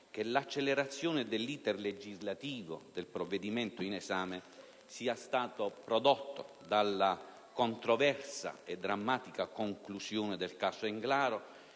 che l'accelerazione dell'*iter* legislativo del provvedimento in esame sia stato prodotto dalla controversa e drammatica conclusione del caso Englaro,